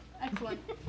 Excellent